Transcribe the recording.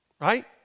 Right